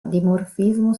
dimorfismo